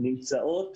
נמצאות